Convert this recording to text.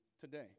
today